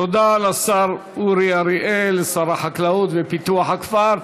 תודה לשר אורי אריאל, שר החקלאות ופיתוח הכפר.